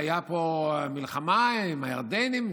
והייתה פה מלחמה עם הירדנים,